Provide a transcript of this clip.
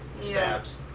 stabs